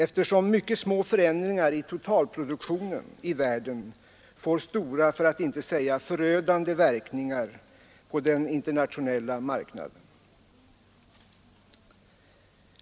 Små förändringar i totalproduktionen i världen får nämligen stora för att inte säga förödande verkningar på den internationella marknaden.